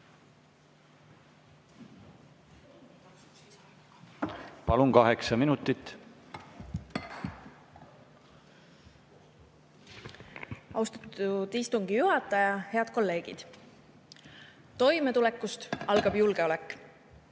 Palun, kaheksa minutit! Austatud istungi juhataja! Head kolleegid! Toimetulekust algab julgeolek.